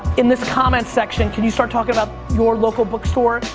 in this comment section, can you start talking about your local book store,